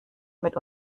mit